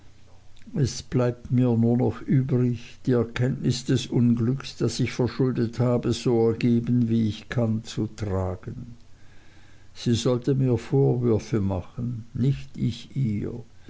es bleibt mir nur noch übrig die erkenntnis des unglücks das ich verschuldet habe so ergeben wie ich kann zu tragen sie sollte mir vorwürfe machen nicht ich ihr